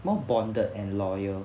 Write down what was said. more bonded and loyal